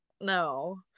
no